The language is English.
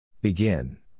Begin